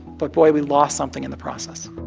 but boy, we lost something in the process